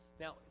Now